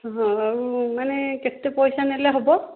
ହଁ ଆଉ ମାନେ କେତେ ପଇସା ନେଲେ ହବ